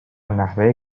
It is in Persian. نحوه